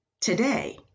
today